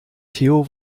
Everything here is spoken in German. theo